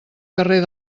carrer